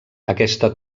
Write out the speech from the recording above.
aquesta